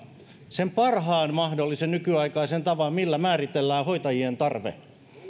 sen parhaan mahdollisen nykyaikaisen tavan millä määritellään hoitajien tarve